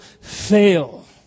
fail